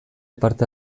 parte